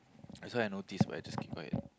that's what I notice but I just keep quiet